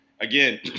again